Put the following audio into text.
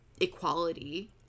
equality